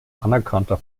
anerkannter